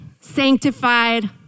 sanctified